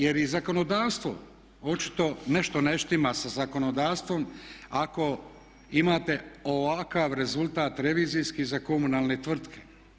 Jer i zakonodavstvo očito nešto ne štima sa zakonodavstvom ako imate ovakav rezultat revizijski za komunalne tvrtke.